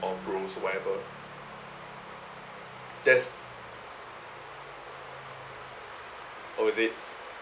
or bros or whatver there's oh is it